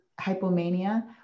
hypomania